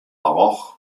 roche